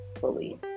fully